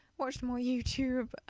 watched more youtube,